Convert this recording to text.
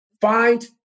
find